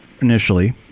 initially